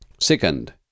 Second